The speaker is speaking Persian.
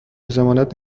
ضمانت